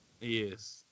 Yes